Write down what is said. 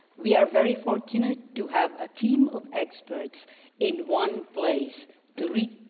we are very fortunate to have a team of experts in one place to